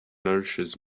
nourishes